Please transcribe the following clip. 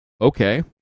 Okay